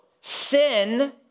sin